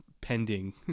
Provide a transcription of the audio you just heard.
pending